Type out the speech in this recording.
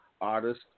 artist